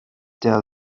der